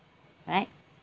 right